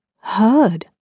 heard